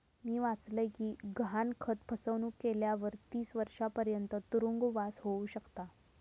मी वाचलय कि गहाणखत फसवणुक केल्यावर तीस वर्षांपर्यंत तुरुंगवास होउ शकता